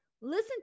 listen